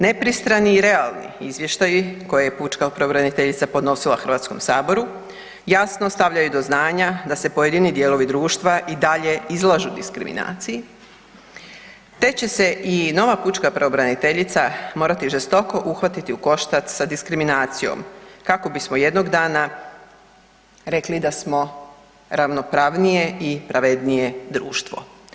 Nepristrani i realni izvještaji koje je pučka pravobraniteljica podnosila Hrvatskom saboru jasno stavljaju do znanja da se pojedini dijelovi društva i dalje izlažu diskriminaciji, te će se i nova pučka pravobraniteljica morati žestoko uhvatiti u koštac sa diskriminacijom kako bismo jednog dana rekli da smo ravnopravnije i pravednije društvo.